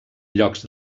llocs